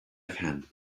can